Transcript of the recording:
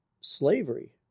slavery